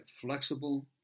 flexible